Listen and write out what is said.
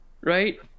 right